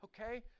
okay